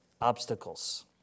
obstacles